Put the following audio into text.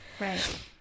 Right